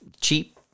cheap